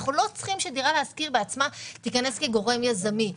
אנחנו לא צריכים שדירה להשכיר בעצמה תיכנס כגורם יזמי.